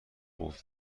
قفل